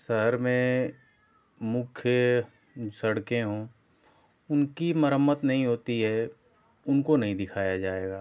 सहर में मुख्य सड़कें हों उनकी मरम्मत नहीं होती हैं उनको नहीं दिखाया जाएगा